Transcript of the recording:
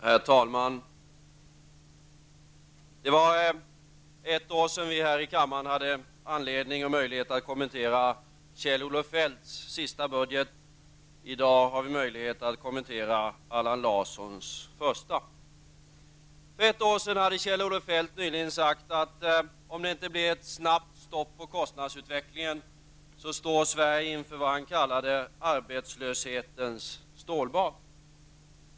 Herr talman! För ett år sedan hade vi här i kammaren anledning och möjlighet att kommentera Kjell-Olof Feldts sista budget. I dag har vi möjlighet att kommentera Allan Larssons första. För ungefär ett år sedan sade Kjell-Olof Feldt att om det inte blir ett snabbt stopp på kostnadsutvecklingen står Sverige inför vad han kallade arbetslöshetens stålbad.